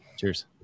Cheers